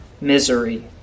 misery